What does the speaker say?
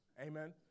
Amen